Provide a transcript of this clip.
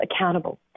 accountable